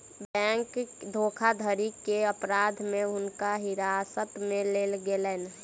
bank धोखाधड़ी के अपराध में हुनका हिरासत में लेल गेलैन